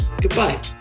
goodbye